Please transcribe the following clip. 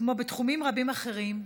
כמו בתחומים רבים אחרים,